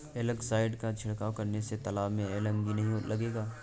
algae side का छिड़काव करने से तालाब में एलगी नहीं लगेगा